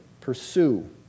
Pursue